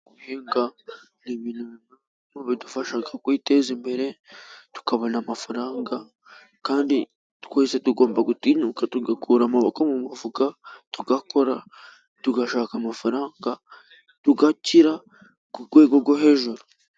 Guhinga ni ibintu bidufasha kwiteza imbere tukabona amafaranga, kandi twese tugomba gutinyuka tugakura amaboko mu mifuka tugakora, tugashaka amafaranga tugakira ku rwego rwo hejuru.